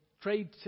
Trade